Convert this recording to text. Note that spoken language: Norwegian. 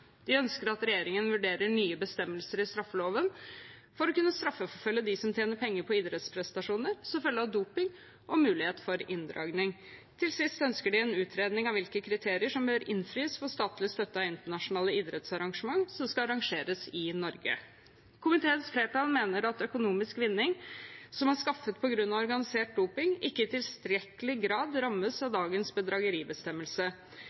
De ønsker at regjeringen vurderer nye bestemmelser i straffeloven for å kunne straffeforfølge dem som tjener penger på idrettsprestasjoner som følge av doping, og mulighet for inndragning. Til sist ønsker de en utredning av hvilke kriterier som bør innfris for statlig støtte til internasjonale idrettsarrangement som skal arrangeres i Norge. Komiteens flertall mener at økonomisk vinning som er skaffet på grunn av organisert doping, ikke i tilstrekkelig grad rammes av